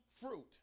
fruit